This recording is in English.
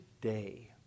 day